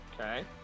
Okay